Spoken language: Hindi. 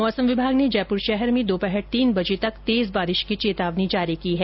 मौसम विभाग ने जयपूर शहर में दोपहर तीन बजे तक तेज बारिश की चेतावनी जारी की है